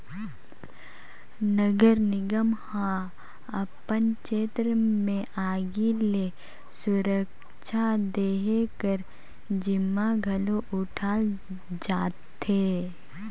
नगर निगम ह अपन छेत्र में आगी ले सुरक्छा देहे कर जिम्मा घलो उठाल जाथे